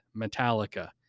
Metallica